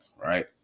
right